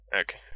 Okay